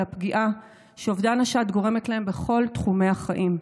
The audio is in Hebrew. הפגיעה שאובדן השד גורם להן בכל תחומי החיים,